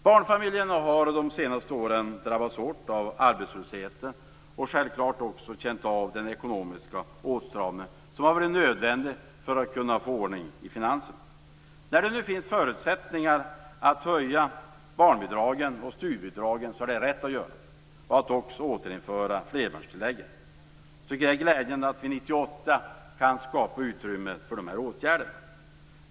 Barnfamiljerna har de senaste åren drabbats hårt av arbetslösheten och självfallet också känt av den ekonomiska åtstramningen, som har varit nödvändig för att få ordning på finanserna. När det nu finns förutsättningar att höja barnbidragen och studiebidragen är det rätt att göra det liksom att också återinföra flerbarnstillägget. Jag tycker att det är glädjande att vi 1998 kan skapa utrymme för dessa åtgärder.